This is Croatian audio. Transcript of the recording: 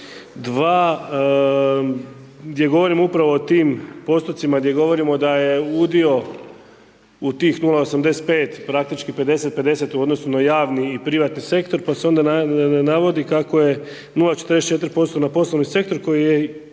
str.2 gdje govorimo upravo o tim postotcima, gdje govorimo da je udio u tih 0,85 praktički 50:50 u odnosu na javni i privatni sektor, pa se onda navodi, kako je 0,44% na poslovni sektor, koji je i dalje